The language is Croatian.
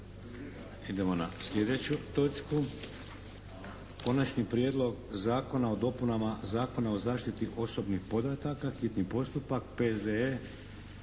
Idemo na sljedeću točku: - Konačni prijedlog zakona o dopunama Zakona o zaštiti osobnih podataka, hitni postupak, prvo